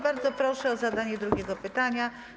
Bardzo proszę o zadanie drugiego pytania.